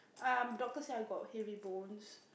um doctor say I got heavy bones